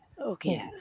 Okay